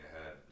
ahead